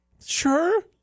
Sure